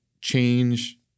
change